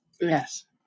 yes